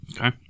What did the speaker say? Okay